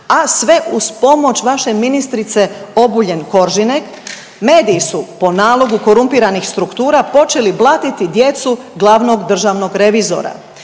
a sve uz pomoć vaše ministrice Obuljen Koržinek. Mediji su po nalogu korumpiranih struktura počeli blatiti djecu glavnog državnog revizora.